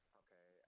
okay